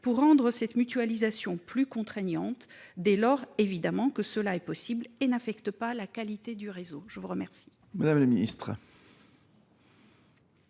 pour rendre cette mutualisation plus contraignante, dès lors que cela est possible et n’affecte pas la qualité du réseau ? La parole est à Mme la ministre